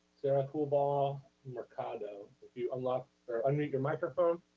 sarah coolball mercado. if you unlock or unmute your microphone